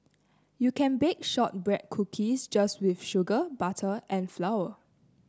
you can bake shortbread cookies just with sugar butter and flour